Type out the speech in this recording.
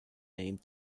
name